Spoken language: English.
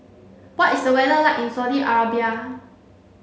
what is the weather like in Saudi Arabia